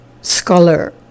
scholar